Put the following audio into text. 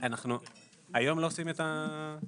אנחנו בישיבה השלישית היום בוועדת העבודה